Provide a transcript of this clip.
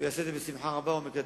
הוא יעשה את זה בשמחה רבה, הוא מקדם